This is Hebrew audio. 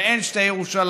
ואין שתי ירושלים.